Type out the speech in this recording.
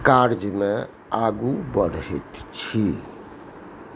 कार्यमे आगू बढ़ैत छी